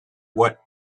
what